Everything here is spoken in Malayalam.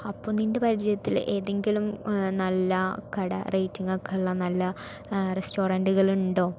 അപ്പോൾ നിൻ്റെ പരിചയത്തിൽ ഏതെങ്കിലും നല്ല കട റേയ്റ്റിങ്ങൊക്കെ ഉള്ള നല്ല റസ്റ്റോറന്റുകൾ ഉണ്ടോ